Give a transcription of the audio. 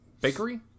bakery